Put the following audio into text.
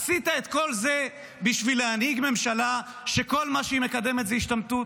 עשית את כל זה בשביל להנהיג ממשלה שכל מה שהיא מקדמת זה השתמטות?